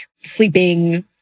Sleeping